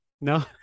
No